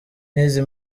n’izi